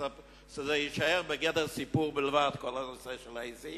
שזה יישאר בגדר סיפור בלבד, כל הנושא של העזים,